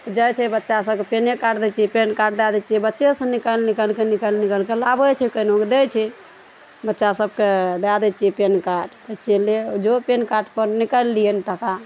जाइ छै बच्चा सबके पेने कार्ड दै छियै पेन कार्ड दए दै छियै बच्चे सब निकाइल निकाइल कऽ निकाइल निकाइल कऽ लाबै छै कनिक दै छै बच्चा सबके दए दै छियै पेन कार्ड कहय छियै ले जो पेन कार्ड पर निकाइल लियैन टाका